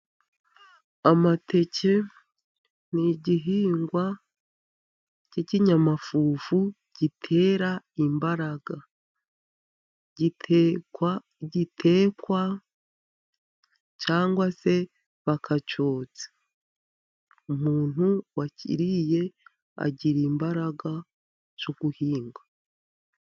Amateke ni igihingwa cy'ikinyamafufu gitera imbaraga, gitekwa gitekwa cyanwa se bakacyotsa. Umuntu wakiriye agira imbaraga zo guhinga.